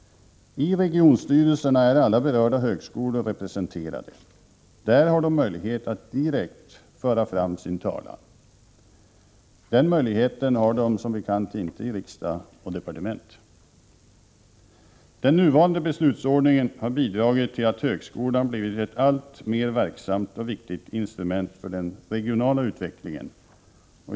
I regionstyrelserna är alla berörda högskolor representerade. Där har de möjlighet att direkt föra fram sin talan. En sådan möjlighet har de som bekant inte i riksdag och departement. Den nuvarande beslutsordningen har bidragit till att högskolan blivit ett alltmer verksamt och viktigt instrument för den regionala utvecklingen.